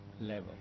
level